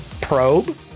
probe